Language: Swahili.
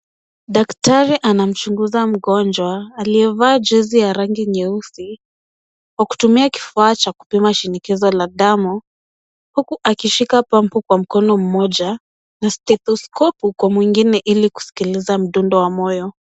Daktari anamchunguza mgonjwa aliyevaa jezi ya rangi nyeusi kwa kutumia kifaa cha kupima shinikizo la damu, huku akishika pampu kwa mkono mmoja na stetheskopu kwa mwingine ili kusikiliza mdundo wa moyo.